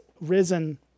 risen